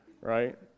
right